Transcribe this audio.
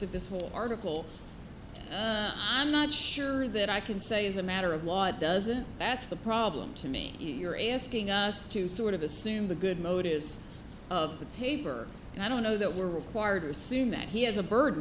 of this whole article i'm not sure that i can say is a matter of law doesn't that's the problem to me you're asking us to sort of assume the good motives of the paper and i don't know that we're required to assume that he has a burden